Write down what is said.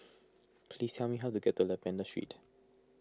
please tell me how to get to Lavender Street